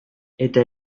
eta